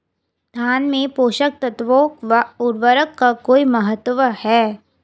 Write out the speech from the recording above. धान में पोषक तत्वों व उर्वरक का कोई महत्व है?